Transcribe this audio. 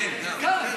כן, גם.